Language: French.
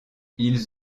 ils